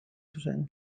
zuzen